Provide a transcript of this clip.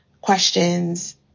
questions